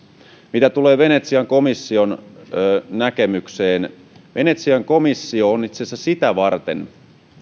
mitä tulee venetsian komission näkemykseen niin venetsian komissio on itse asiassa sitä varten